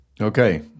Okay